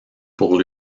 pour